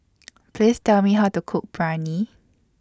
Please Tell Me How to Cook Biryani